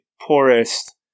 poorest